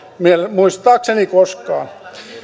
muistaakseni koskaan